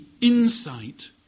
insight